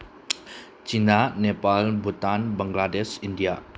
China Nepal Bhutan Bangladesh India